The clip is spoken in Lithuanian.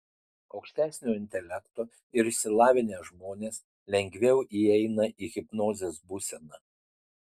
aukštesnio intelekto ir išsilavinę žmonės lengviau įeina į hipnozės būseną